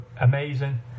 amazing